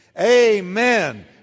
Amen